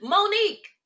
Monique